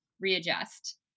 readjust